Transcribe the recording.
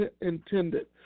intended